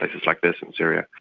places like this in syria.